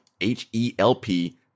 H-E-L-P